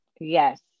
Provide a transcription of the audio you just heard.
Yes